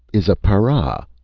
is a para?